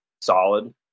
solid